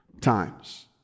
times